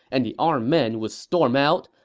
and the armed men would storm out,